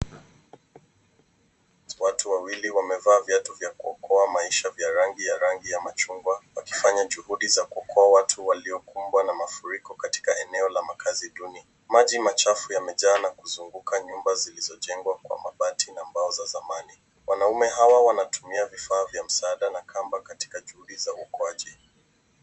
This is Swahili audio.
Watu wawili wamevaa viatu vya kuokoa maisha vya rangi ya machungwa, wakifanya juhudi za kuokoa watu waliokumbwa na mafuriko katika eneo la makazi duni. Maji machafu yamejaa na kuzunguka nyumba zilizojengwa kwa mabati na mbao za zamani. Wanaume hao wanatumia vifaa vya msaada na kamba katika juhudi za uokoaji.